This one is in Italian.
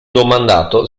domandato